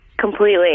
Completely